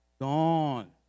gone